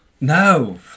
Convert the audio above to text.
No